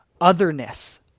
otherness